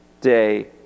day